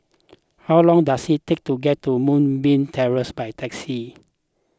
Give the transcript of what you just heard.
how long does it take to get to Moonbeam Terrace by taxi